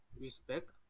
respect